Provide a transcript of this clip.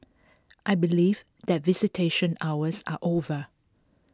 I believe that visitation hours are over